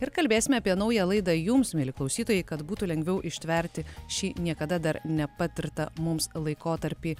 ir kalbėsime apie naują laidą jums mieli klausytojai kad būtų lengviau ištverti šį niekada dar nepatirtą mums laikotarpį